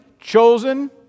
chosen